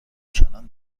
کلان